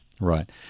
Right